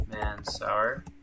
Mansour